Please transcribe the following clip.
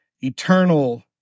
eternal